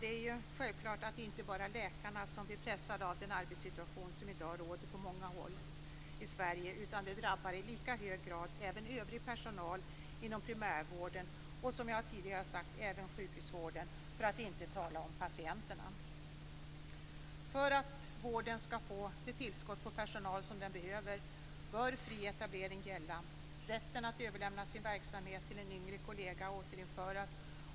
Det är självklart att det inte bara är läkarna som blir pressade av den arbetssituation som i dag råder på många håll i Sverige. Det drabbar i lika hög grad även övrig personal inom primärvården och, som jag tidigare har sagt, även sjukhusvården, för att inte tala om patienterna. För att vården skall få det tillskott på personal som den behöver bör fri etablering gälla. Rätten att överlämna sin verksamhet till en yngre kollega måste återinföras.